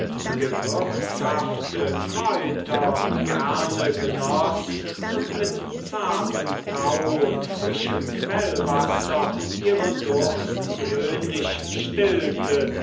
gewürzhafte kräuter gerne genoß und mit zartem tau und frischem quellwasser ihren durst gewöhnlich stillte